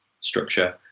structure